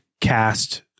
cast